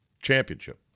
championship